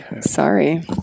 sorry